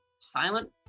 silent